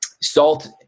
salt